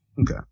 Okay